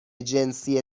جنسی